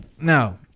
Now